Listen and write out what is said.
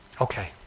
Okay